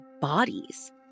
bodies